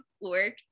work